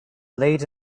late